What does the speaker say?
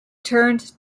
turned